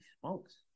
smokes